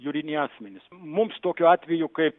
juridiniai asmenys mums tokiu atveju kaip